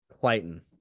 Clayton